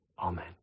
Amen